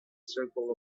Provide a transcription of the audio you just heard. circle